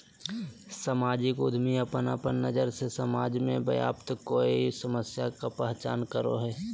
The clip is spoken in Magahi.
सामाजिक उद्यमी अपन अपन नज़र से समाज में व्याप्त कोय समस्या के पहचान करो हइ